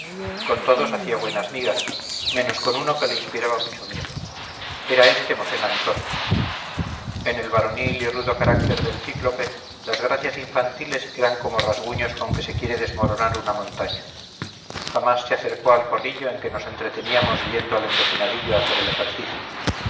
con todos hacía buenas migas menos con uno que le inspiraba mucho miedo era éste mosén antón en el varonil y rudo carácter del cíclope las gracias infantiles eran como rasguños con que se quiere desmoronar una montaña jamás se acercó al corrillo en que nos entreteníamos viendo al empecinadillo hacer el ejercicio